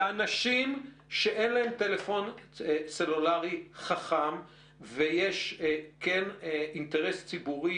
לאנשים שאין להם טלפון סלולרי חכם ויש אינטרס ציבורי